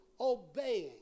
Obeying